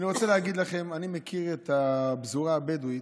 אני רוצה להגיד לכם, אני מכיר את הפזורה הבדואית.